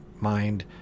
mind